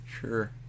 Sure